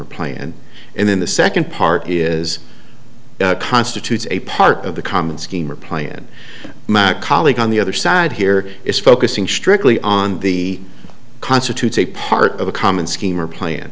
or plan and then the second part is constitutes a part of the common scheme or plan my colleague on the other side here is focusing strictly on the constitutes a part of a common scheme or plan